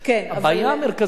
הבעיה המרכזית,